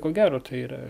ko gero tai yra